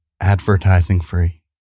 advertising-free